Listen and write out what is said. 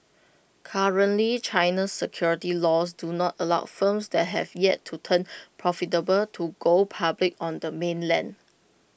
currently China's securities laws do not allow firms that have yet to turn profitable to go public on the mainland